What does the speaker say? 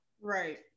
Right